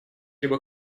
либо